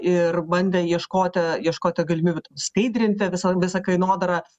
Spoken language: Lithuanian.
ir bandė ieškoti ieškoti galimybių skaidrinti visą visą kainodarą